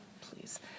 please